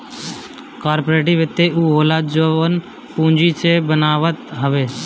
corporate वित्त उ होला जवन पूंजी जे बनावत हवे